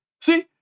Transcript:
see